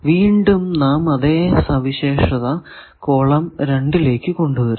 വീണ്ടും നാം അതെ സവിശേഷത കോളം 2 ലേക്ക് കൊണ്ടുവരുന്നു